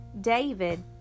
David